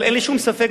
אבל אין לי שום ספק,